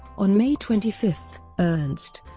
on may twenty five, ernst